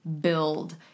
build